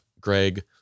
Greg